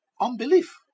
unbelief